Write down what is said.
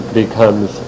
becomes